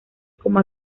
como